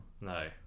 No